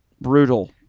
Brutal